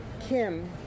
Kim